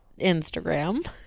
Instagram